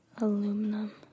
aluminum